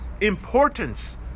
importance